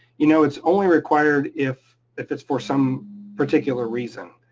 you know it's only required if if it's for some particular reason.